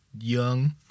young